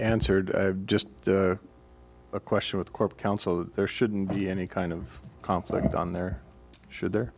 answered just a question with corp counsel there shouldn't be any kind of conflict on there should there